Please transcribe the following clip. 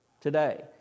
today